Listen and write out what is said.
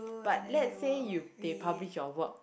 but let's say you they publish your work